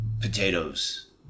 potatoes